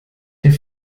der